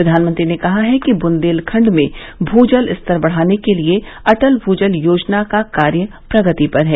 प्रधानमंत्री ने कहा कि बुंदेलखंड में भूजल स्तर बढाने के लिए अटल भूजल योजना का कार्य प्रगति पर है